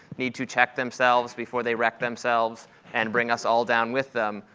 need to check themselves before they wreck themselves and bring us all down with them.